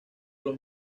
los